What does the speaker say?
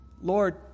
Lord